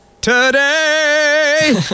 today